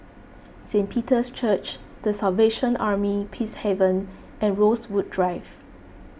Saint Peter's Church the Salvation Army Peacehaven and Rosewood Drive